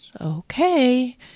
okay